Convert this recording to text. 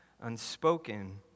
unspoken